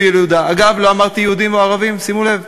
אגב, לא אמרתי יהודים או ערבים, שימו לב.